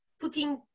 putting